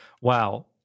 wow